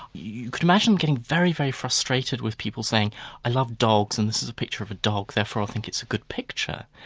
you could imagine getting very, very frustrated with people saying i love dogs, and this is a picture of a dog, therefore i think it's a good picture.